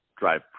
drive